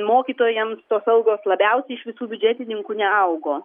mokytojams tos algos labiausiai iš visų biudžetininkų neaugo